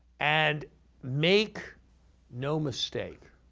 and make no mistake.